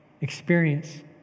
experience